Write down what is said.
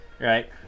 right